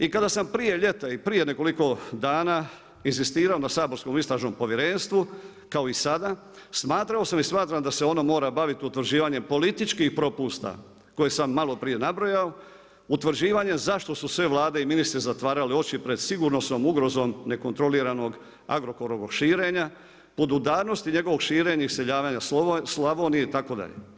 I kada sam prije ljeta i prije nekoliko dana inzistirao na saborskom istražnom povjerenstvu kao i sada smatrao sam i smatram da se ono mora baviti utvrđivanjem političkih propusta koje sam malo prije nabrojao, utvrđivanjem zašto s sve Vlade i ministri zatvarali oči pred sigurnosnom ugrozom nekontroliranog Agrokorovog širenja, podudarnosti njegovog širenja i iseljavanja Slavonije itd.